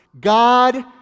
God